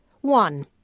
one